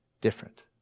different